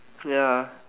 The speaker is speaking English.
ya